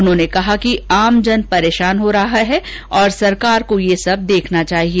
उन्होंने कहा कि आमजन परेशान हो रहा है और सरकार को यह सब देखना चाहिए